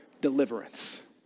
deliverance